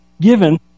given